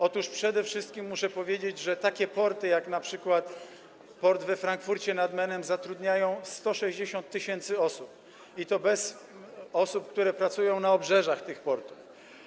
Otóż przede wszystkim muszę powiedzieć, że takie porty jak np. port we Frankfurcie nad Menem zatrudniają 160 tys. osób, i to bez osób, które pracują na obrzeżach tych portów.